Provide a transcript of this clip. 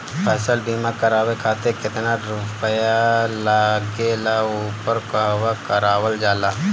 फसल बीमा करावे खातिर केतना रुपया लागेला अउर कहवा करावल जाला?